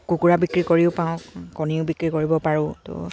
কুকুৰা বিক্ৰী কৰিও পাওঁ কণীও বিক্ৰী কৰিব পাৰোঁ ত'